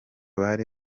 bari